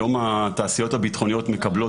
היום התעשיות הביטחוניות מקבלות,